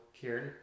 Kieran